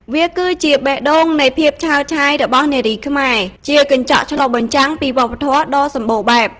វាគឺជាបេះដូងនៃភាពឆើតឆាយរបស់នារីខ្មែរ ជាកញ្ចក់ឆ្លុះបញ្ចាំងពីវប្បធម៌ដ៏សម្បូរបែប។